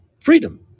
freedom